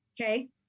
Okay